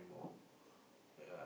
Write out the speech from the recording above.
more ya